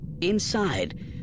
Inside